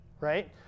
right